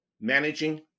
managing